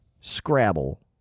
Scrabble